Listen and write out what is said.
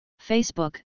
Facebook